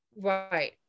right